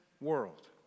world